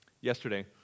Yesterday